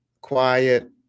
quiet